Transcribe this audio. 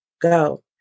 go